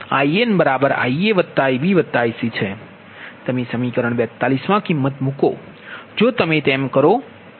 તમે સમીકરણ 42 માં કિમત મૂકો જો તમે તેમ કરો તો